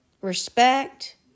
respect